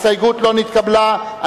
ההסתייגות של חברי הכנסת גדעון עזרא ונחמן